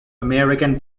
american